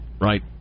right